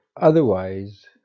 Otherwise